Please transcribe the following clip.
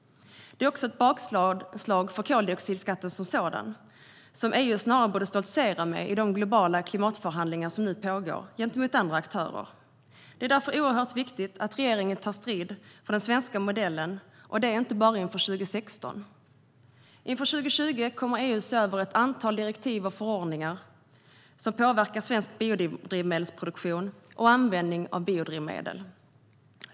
Det är också ett bakslag för koldioxidskatten som sådan, som EU snarare borde stoltsera med gentemot andra aktörer i de globala klimatförhandlingar som nu pågår. Det är därför oerhört viktigt att regeringen tar strid för den svenska modellen, inte bara inför 2016. Inför 2020 kommer EU att se över ett antal direktiv och förordningar som påverkar svensk biodrivmedelsproduktion och användning av biodrivmedel.